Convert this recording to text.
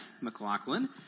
McLaughlin